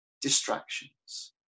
distractions